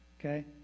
Okay